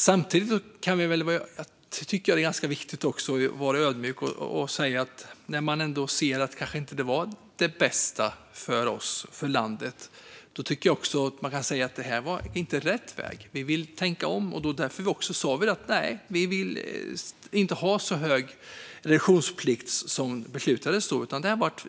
Samtidigt tycker jag att det är viktigt att vara ödmjuk och kunna säga att något kanske inte blev det bästa för landet. När man ser att det är så tycker jag att man ska kunna säga att det inte var rätt väg utan att man vill tänka om. Det är därför vi säger att vi inte vill ha en så kraftig reduktionsplikt som den som beslutades.